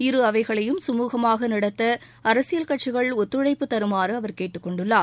இரு அவைகளையும் குமூகமாக நடத்த அரசியல் கட்சிகள் ஒத்துழைப்பு தருமாறு அவர் கேட்டுக் கொண்டுள்ளார்